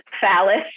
phallus